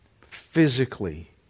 physically